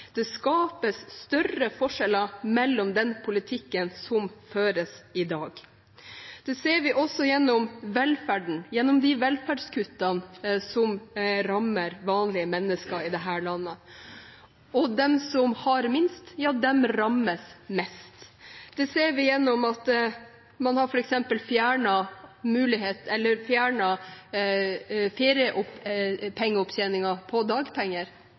Det skapes større forskjeller med den politikken som føres i dag. Det ser vi også gjennom velferden, gjennom de velferdskuttene som rammer vanlige mennesker i dette landet. Og de som har minst, rammes mest. Vi ser det gjennom at man f.eks. har fjernet feriepengeopptjeningen på dagpenger,